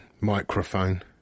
microphone